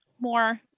more